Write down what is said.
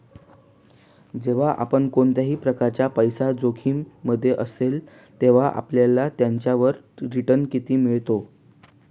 जेव्हा पण कोणत्याही प्रकारचा पैसा जोखिम मध्ये असेल, तेव्हा आपल्याला त्याच्यावर रिटन किती मिळतो?